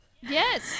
Yes